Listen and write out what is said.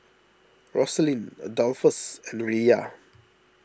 Rosaline Adolphus and Riya